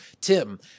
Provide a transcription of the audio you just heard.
Tim